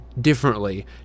differently